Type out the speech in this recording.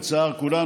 תושבים,